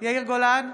יאיר גולן,